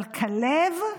אבל כלב נכנס.